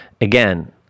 Again